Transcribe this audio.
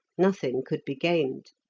nothing could be gained.